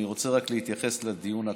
אני רוצה רק להתייחס לדיון הקודם.